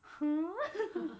!huh!